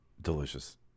Delicious